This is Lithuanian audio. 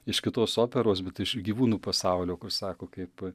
iš kitos operos bet iš gyvūnų pasaulio kur sako kaip